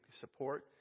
support